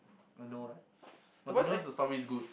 oh no but don't know if the story is good